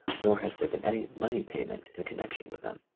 nor has there been any money payment in con nection with them.